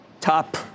top